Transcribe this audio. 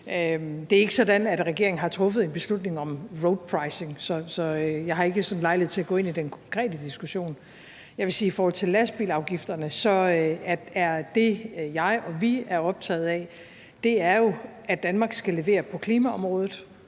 Det er ikke sådan, at regeringen har truffet en beslutning om roadpricing, så jeg har ikke sådan lejlighed til at gå ind i den konkrete diskussion. Jeg vil sige i forhold til lastbilafgifterne, at det, som jeg og vi er optaget af, jo er, at Danmark skal levere på klimaområdet.